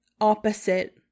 opposite